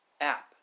app